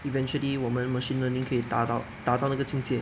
eventually 我们 machine learning 可以达到达到那个境界